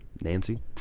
Nancy